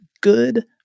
good